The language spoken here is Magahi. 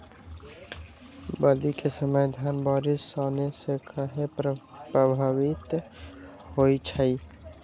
बली क समय धन बारिस आने से कहे पभवित होई छई?